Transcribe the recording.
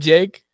Jake